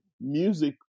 music